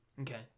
Okay